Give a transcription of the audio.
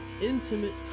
intimate